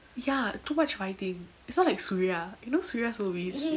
ya too much fighting it's not like surya you know surya's movies